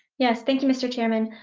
yes, thank you mr. chairman.